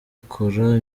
akora